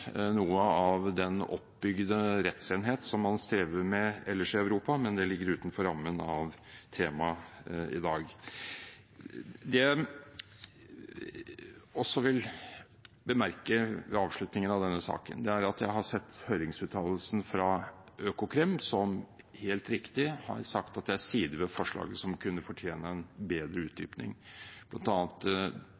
noe av den oppbygde rettsenhet som man strever med ellers i Europa – men det ligger utenfor rammen av temaet i dag. Det jeg også vil bemerke ved avslutningen av denne saken, er at jeg har sett høringsuttalelsen fra Økokrim, som helt riktig har sagt at det er sider ved forslaget som kunne fortjene bedre